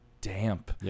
damp